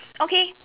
okay